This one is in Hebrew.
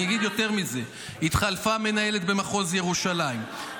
אני אגיד יותר מזה: התחלפה מנהלת במחוז ירושלים,